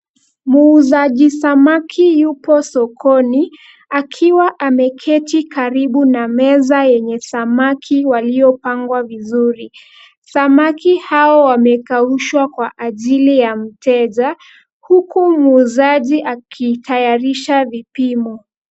Muuzaji samaki yupo sokoni akiwa ameketi karibu na meza yenye samaki waliopangwa vizuri. Samaki hao wamekaushwa kwa ajili ya mteja, huku muuzaji akitayarisha vipimo.